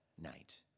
night